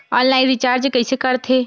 Online recharge कइसे करथे?